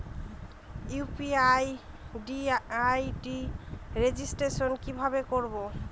UPI ID registration কিভাবে করব?